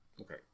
Okay